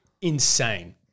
insane